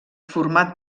format